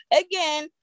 again